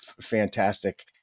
fantastic